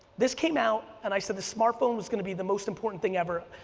this came out, and i said the smartphone was going to be the most important thing ever.